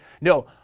no